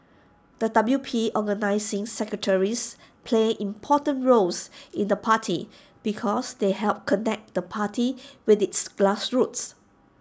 the W P organising secretaries play important roles in the party because they help connect the party with its grassroots